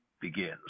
begins